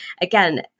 again